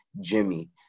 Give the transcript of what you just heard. Jimmy